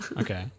Okay